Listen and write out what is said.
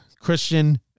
Christian